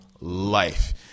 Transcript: life